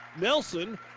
Nelson